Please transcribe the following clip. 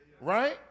Right